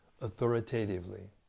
authoritatively